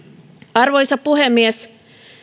arvoisa puhemies